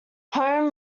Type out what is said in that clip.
home